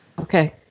Okay